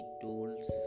tools